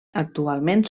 actualment